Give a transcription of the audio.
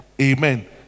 amen